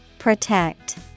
Protect